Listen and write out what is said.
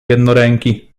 jednoręki